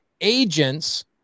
agents